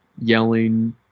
yelling